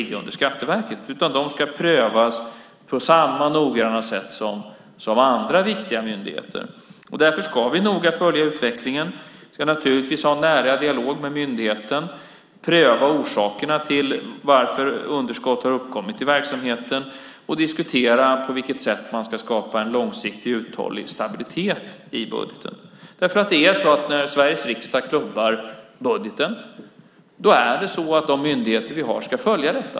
De ska prövas på samma noggranna sätt som andra viktiga myndigheter. Därför ska vi noga följa utvecklingen. Vi ska naturligtvis ha en nära dialog med myndigheten, pröva orsakerna till varför underskott har uppkommit i verksamheten och diskutera på vilket sätt man ska skapa en långsiktig uthållig stabilitet i budgeten. När Sveriges riksdag klubbar budgeten ska de myndigheter vi har följa det.